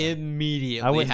Immediately